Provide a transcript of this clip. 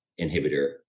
inhibitor